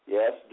Yes